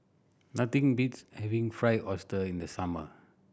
nothing beats having Fried Oyster in the summer